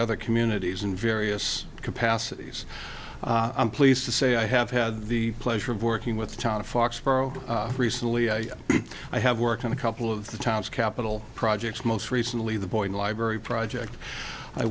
other communities in various capacities i'm pleased to say i have had the pleasure of working with foxborough recently i have worked on a couple of the towns capital projects most recently the boyd library project i